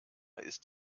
ist